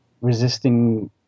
resisting